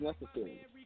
necessary